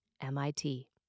MIT